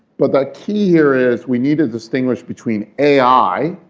but the key here is we need to distinguish between ai,